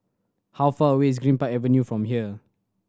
how far away is Greenpark Avenue from here